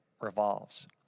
revolves